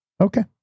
Okay